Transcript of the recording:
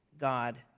God